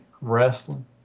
Wrestling